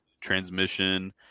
transmission